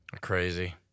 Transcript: Crazy